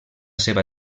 seva